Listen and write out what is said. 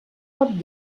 pot